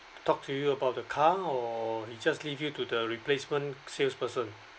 talk to you about the car or he just leave you to the replacement salesperson